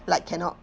like cannot